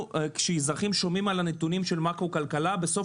כשאזרחים שומעים על הנתונים של מקרו כלכלה בסוף